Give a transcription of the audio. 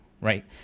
right